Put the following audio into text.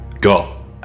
Go